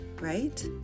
right